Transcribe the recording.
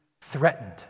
threatened